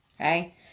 okay